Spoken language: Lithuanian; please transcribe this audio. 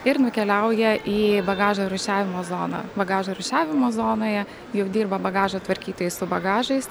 ir nukeliauja į bagažo rūšiavimo zoną bagažo rūšiavimo zonoje jau dirba bagažo tvarkytojai su bagažais